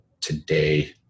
today